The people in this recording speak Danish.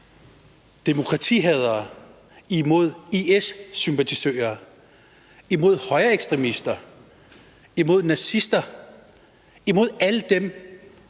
demokratihadere, imod IS-sympatisører, imod højreekstremister, imod nazister, ja, imod alle dem,